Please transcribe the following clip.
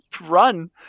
run